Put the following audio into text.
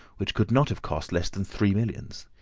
which could not have cost less than three millions.